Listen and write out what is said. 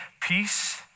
peace